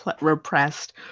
repressed